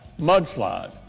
mudslide